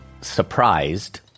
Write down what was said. surprised